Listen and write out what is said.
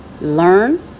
learn